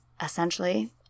Essentially